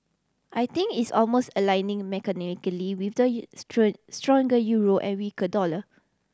I think it's almost aligning mechanically with the stronger euro and weaker dollar